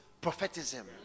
prophetism